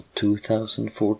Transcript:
2014